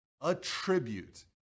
attribute